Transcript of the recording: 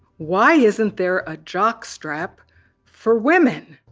why isn't there a jockstrap for women.